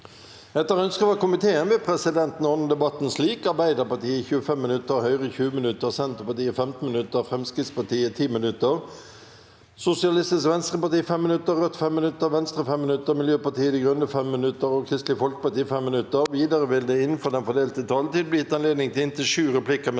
forsvarskomiteen vil presidenten ordne debatten slik: Arbeiderpartiet 25 minutter, Høyre 20 minutter, Senterpartiet 15 minutter, Fremskrittspartiet 10 minutter, Sosialistisk Venstreparti 5 minutter, Rødt 5 minutter, Venstre 5 minutter, Miljøpartiet De Grønne 5 minutter og Kristelig Folkeparti 5 minutter. Videre vil det – innenfor den fordelte taletid – bli gitt anledning til inntil sju replikker med